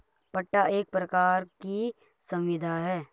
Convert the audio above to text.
पट्टा एक प्रकार की संविदा है